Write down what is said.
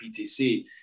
PTC